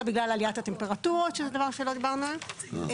בגלל עליית הטמפרטורות שזה דבר שלא דיברנו עליו,